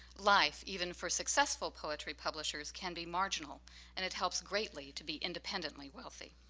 life, even for successful poetry publishers, can be marginal and it helps greatly to be independently wealthy.